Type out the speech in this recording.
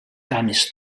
cames